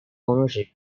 ownership